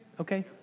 Okay